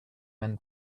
men